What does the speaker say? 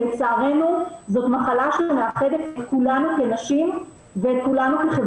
לצערנו זו מחלה שמאחדת את כולנו כנשים וכחברה,